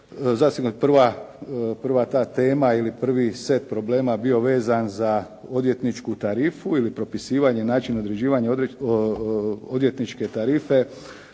je to prva ta tema ili prvi set problema bio vezan za odvjetničku tarifu ili propisivanje, način određivanja odvjetničke tarife,